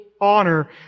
honor